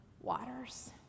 waters